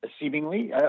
seemingly